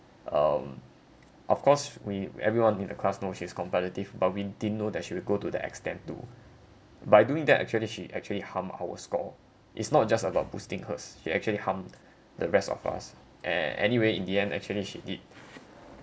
um of course we everyone in the class know she's competitive but we didn't know that she will go to the extend to by doing that actually she actually harm our score is not just about boosting hers she actually harmed the rest of us and anyway in the end actually she did